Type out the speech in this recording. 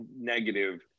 negative